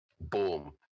Boom